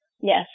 Yes